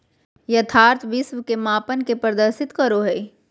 यथार्थ विश्व के मापन के प्रदर्शित करो हइ